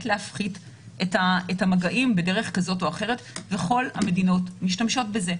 להפחית את המגעים בדרך כזאת או אחרת וכל המדינות משתמשות בזה,